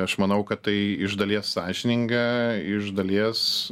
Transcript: aš manau kad tai iš dalies sąžininga iš dalies